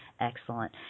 excellent